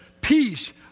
peace